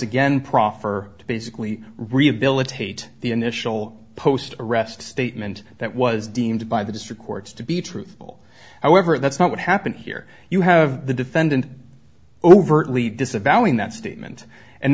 again proffer to basically rehabilitate the initial post arrest statement that was deemed by the district courts to be truthful however that's not what happened here you have the defendant overtly disavowing that statement and